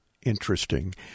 Interesting